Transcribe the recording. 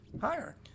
higher